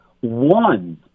one